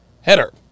Header